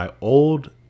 old